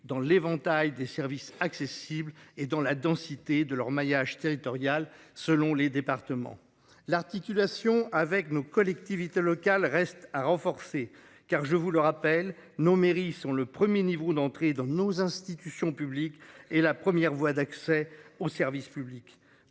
dans l'éventail des services accessibles et dans la densité de leur maillage territorial selon les départements, l'articulation avec nos collectivités locales, reste à renforcer, car je vous le rappelle nos mairies sont le premier niveau d'entrer dans nos institutions publiques et la première voie d'accès au service public.